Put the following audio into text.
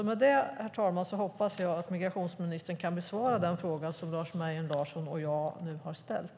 Med det, herr talman, hoppas jag att migrationsministern kan besvara den fråga som Lars Mejern Larsson och jag nu har ställt.